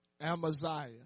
Amaziah